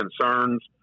concerns